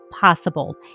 possible